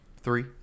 three